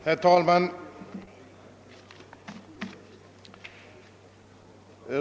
Herr talman!